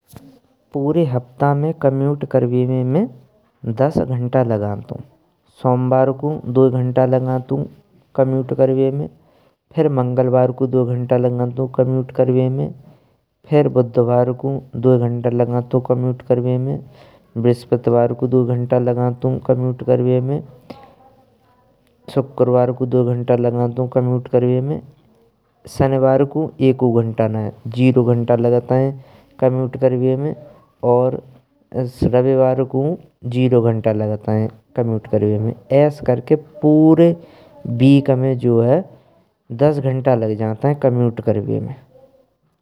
पूरा हफ्ता में कम्यूट करवे में मैं दस घंटा लगातू। सोमवार कु दो घंटा लागतुन कम्यूट करवे में फिर मंगलवार कु दो घंटा लागतुन कम्यूट करवे में। फिर बुधवार कु दो घंटा लागतुन कम्यूट करवे में, ब्रहस्पतिवार कु दो घंटा लागतुन कम्यूट करवे में, शुक्रवार कु दो घंटा लागतुन कम्यूट करवे में, शनिवार कु एकु घंटा नये शून्य घंटा लागतु कम्यूट करवे में। रविवार कु शून्य घंटा लागतु कम्यूट करवे में ऐसे करके पूरा हफ्ते में जो है दस घंटा लग जातें कम्यूट करवे में।